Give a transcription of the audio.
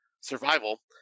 survival